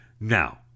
Now